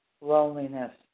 loneliness